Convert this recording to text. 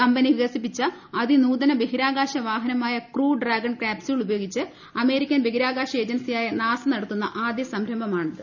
company വികസിപ്പിച്ച അതി നൂതന ബഹിരാകാശവാഹനമായ ക്രൂ ഡ്രാഗൺ ക്യാപ്സൂൾ ഉപയോഗിച്ച് അമേരിക്കൻ ബഹിരാകാശ ഏജൻസിയായ നാസ നടത്തുന്ന ആദ്യ സംരംഭമാണിത്